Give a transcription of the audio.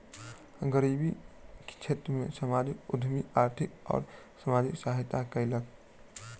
गरीब क्षेत्र में सामाजिक उद्यमी आर्थिक आ सामाजिक सहायता कयलक